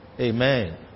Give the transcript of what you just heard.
Amen